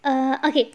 err okay